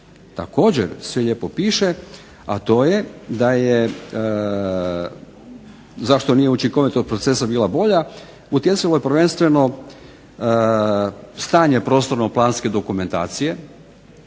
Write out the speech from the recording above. također sve lijepo piše, a to je da je zašto nije učinkovitost procesa bila bolja utjecalo je prvenstveno stanje prostorno-planske dokumentacije